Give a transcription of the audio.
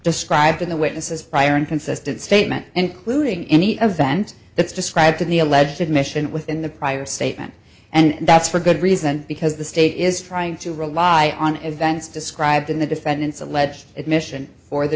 described in the witnesses prior inconsistent statement including any event that's described in the alleged admission within the prior statement and that's for good reason because the state is trying to rely on events described in the defendant's alleged admission for the